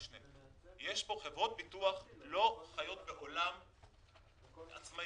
חברות ביטוח לא חיות בעולם עצמאי.